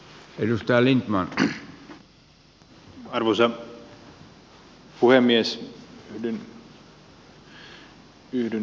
arvoisa puhemies